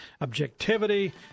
objectivity